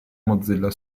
mozilla